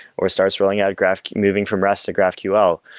or starts rolling out graph, moving from rest to graph ql,